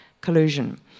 collusion